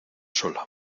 sola